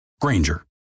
Granger